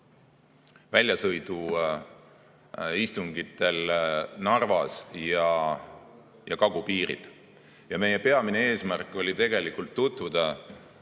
väljasõiduistungitel Narvas ja kagupiiril. Meie peamine eesmärk oli tutvuda